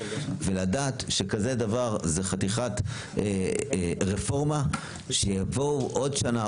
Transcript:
ולדעת שכזה דבר זה חתיכת רפורמה שיבואו עוד שנה,